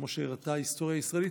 כמו שהראתה ההיסטוריה הישראלית,